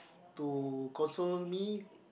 to consult me